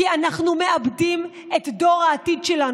כי אנחנו מאבדים את דור העתיד שלנו.